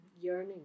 yearning